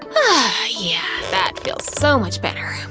ah yeah, that feels so much better.